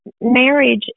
marriage